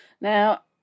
Now